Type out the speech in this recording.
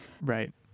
Right